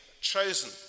chosen